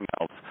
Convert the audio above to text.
else